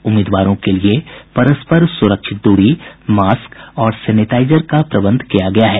उम्मीदवारों के लिए परस्पर सुरक्षित दूरी मास्क और सेनेटाइजर का प्रबंध किया गया है